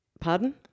Pardon